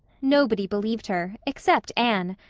nobody believed her, except anne.